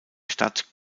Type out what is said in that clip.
stadt